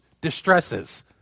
distresses